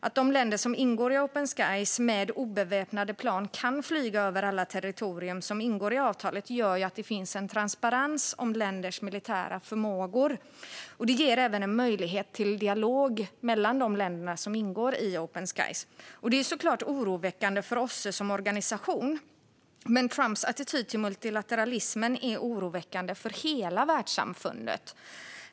Att de länder som ingår i Open Skies med obeväpnade plan kan flyga över alla territorier som ingår i avtalet gör att det finns en transparens om länders militära förmågor. Det ger även en möjlighet till dialog mellan de länder som ingår i Open Skies. Detta är såklart oroväckande för OSSE som organisation, men Trumps attityd till multilateralismen är oroväckande för hela världssamfundet.